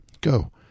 Go